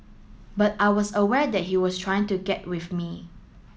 but I was aware that he was trying to get with me